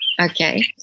Okay